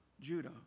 Judah